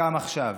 גם עכשיו.